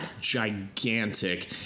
gigantic